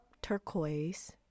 turquoise